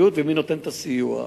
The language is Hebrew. מג"ב